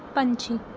ਪੰਛੀ